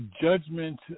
judgment